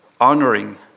honoring